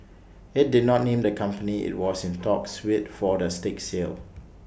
IT did not name the company IT was in talks with for the stake sale